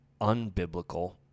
unbiblical